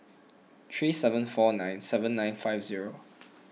three seven four nine seven nine five zero